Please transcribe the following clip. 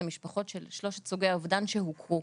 המשפחות של שלושת סוגי האובדן שהוכרו.